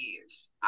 years